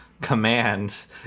commands